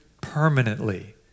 permanently